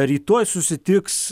rytoj susitiks